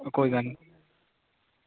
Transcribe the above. कोई गल्ल निं